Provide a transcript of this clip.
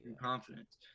confidence